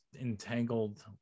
entangled